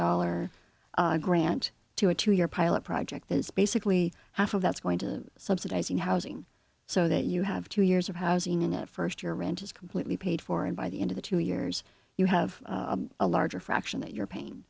dollar grant to a two year pilot project that is basically half of that's going to subsidizing housing so that you have two years of has seen in that first year rent is completely paid for and by the end of the two years you have a larger fraction that your pain